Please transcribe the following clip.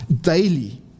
Daily